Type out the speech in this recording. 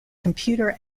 computer